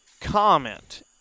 comment